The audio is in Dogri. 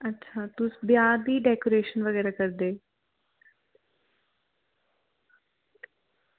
अच्छा तुस ब्याह् दी डेकोरेशन बगैरा करदे